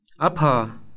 Apa